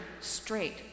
straight